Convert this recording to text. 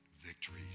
victories